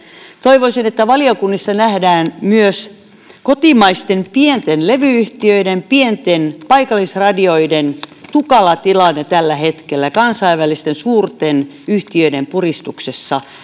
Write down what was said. toivoisin että valiokunnissa nähdään myös kotimaisten pienten levy yhtiöiden pienten paikallisradioiden tukala tilanne tällä hetkellä kansainvälisten suurten yhtiöiden puristuksessa